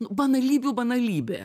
banalybių banalybė